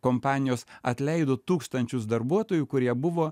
kompanijos atleido tūkstančius darbuotojų kurie buvo